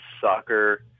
soccer